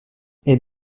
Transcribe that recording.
elle